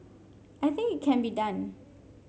I think it can be done